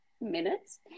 minutes